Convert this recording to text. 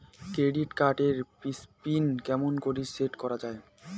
Credit card এর PIN কেমন করি সেট করা য়ায়?